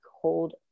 hold